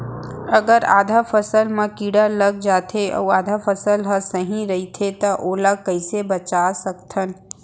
अगर आधा फसल म कीड़ा लग जाथे अऊ आधा फसल ह सही रइथे त ओला कइसे बचा सकथन?